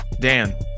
Dan